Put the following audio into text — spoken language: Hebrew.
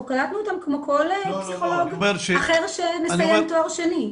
אנחנו קלטנו אותם כמו כל פסיכולוג אחר שמסיים תואר שני.